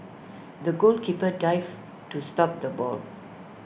the goalkeeper dived to stop the ball